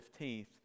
15th